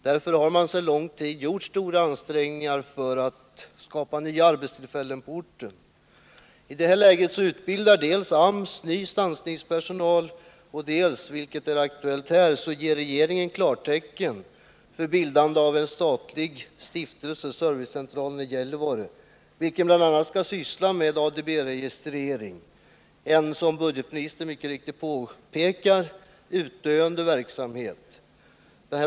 Därför har man sedan lång tid gjort stora ansträngningar för att skapa nya arbetstillfällen på orten. Åtgärder som vidtas i detta läge är dels att AMS utbildar stansningspersonal, dels att regeringen ger klartecken för bildande av en statlig stiftelse, servicecentralen i Gällivare, vilken bl.a. skall syssla med ADB-registrering — 155 en, som budgetministern mycket riktigt påpekade, utdöende verksamhet.